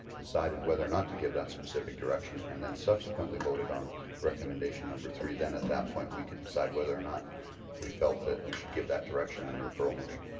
decided whether or not to give that specific direction and then subsequently voted on recommendation number three, then at that point we could decide whether or not we felt that we should give that direction or referral motion.